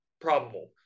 probable